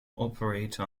operate